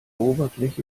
oberfläche